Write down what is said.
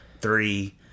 three